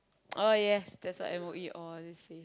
oh yes that's what M_O_E always say